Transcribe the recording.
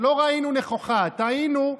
לא ראינו נכוחה, טעינו.